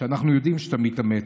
שאנחנו יודעים שאתה מתאמץ,